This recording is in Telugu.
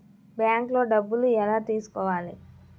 బ్యాంక్లో డబ్బులు ఎలా తీసుకోవాలి?